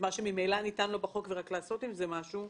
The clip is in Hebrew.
מה שממילא ניתן לו בחוק ולעשות עם זה משהו,